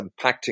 impacting